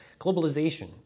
globalization